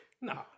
No